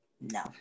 no